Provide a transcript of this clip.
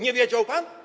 Nie wiedział pan?